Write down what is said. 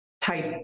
type